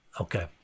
Okay